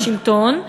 השלטון,